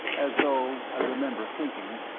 as though, i remember thinking,